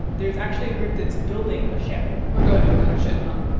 there's actually a group that's building a ship we're going to another ship, huh?